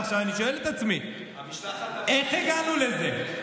ועכשיו אני שואל את עצמי איך הגענו לזה.